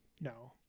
No